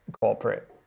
corporate